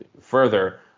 further